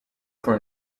for